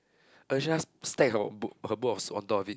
Alicia just stack her own book her books of on top of it